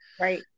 Right